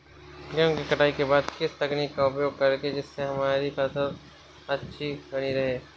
गेहूँ की कटाई के बाद किस तकनीक का उपयोग करें जिससे हमारी फसल अच्छी बनी रहे?